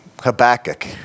Habakkuk